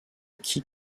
key